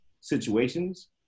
situations